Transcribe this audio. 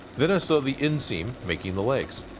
then i sew the inseam, making the legs.